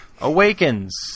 Awakens